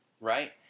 right